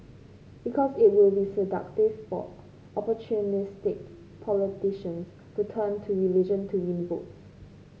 because it will be seductive for opportunistic politicians for turn to religion to win votes